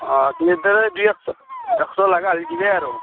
অ এশ লগা হ'লে দিবা আৰু